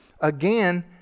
Again